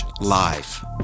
live